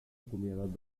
acomiadat